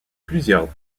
plusieurs